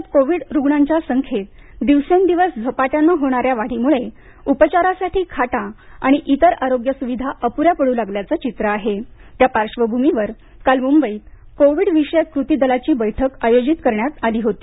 राज्यात कोविड रुग्णांच्या संख्येत दिवसेंदिवस झपाट्याने होणाऱ्या वाढीमुळे उपचारासाठी खाटा आणि इतर आरोग्य सुविधा अपुऱ्या पडू लागल्याचं चित्र आहे त्या पार्श्वभूमीवर काल मुंबईत कोविड विषयक कृती दलाची बैठक आयोजित करण्यात आली होती